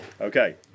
Okay